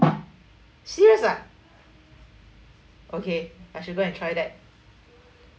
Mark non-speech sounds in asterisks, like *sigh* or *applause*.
*noise* serious ah okay I should go and try that